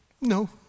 No